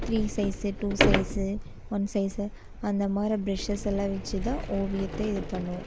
three size two size one size அந்த மாரி brushes எல்லாம் வெச்சு தான் ஓவியத்தை இது பண்ணுவோம்